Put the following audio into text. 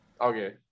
Okay